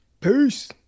Peace